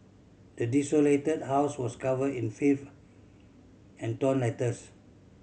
the desolated house was covered in filth and torn letters